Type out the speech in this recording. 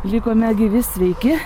likome gyvi sveiki